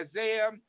Isaiah